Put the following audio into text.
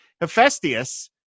Hephaestus